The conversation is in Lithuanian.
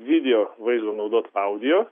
video vaizdo naudot audio